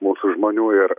mūsų žmonių ir